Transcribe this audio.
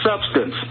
substance